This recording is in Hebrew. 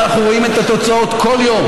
ואנחנו רואים את התוצאות כל יום,